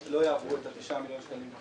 התשעה וחצי מיליון שקלים.